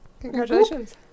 Congratulations